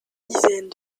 dizaine